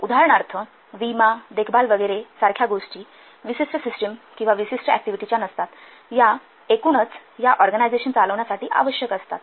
उदाहरणार्थ विमा देखभाल वगैरे सारख्या गोष्टी विशिष्ट सिस्टम किंवा विशिष्ट ऍक्टिव्हिटी च्या नसतात या एकूणच या ऑरगॅनिझशन चालविण्यासाठी आवश्यक असतात